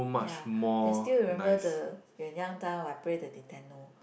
ya I still remember the when young time I play the Nintendo